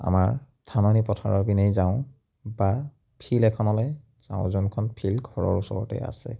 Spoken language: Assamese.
আমাৰ ধাননি পথাৰৰ পিনেই যাওঁ বা ফিল্ড এখনলৈ যাওঁ যোনখন ফিল্ড ঘৰৰ ওচৰতেই আছে